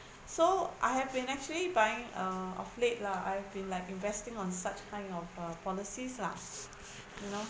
so I have been actually buying uh of late lah I have been like investing on such kind of a policies lah you know